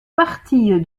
partie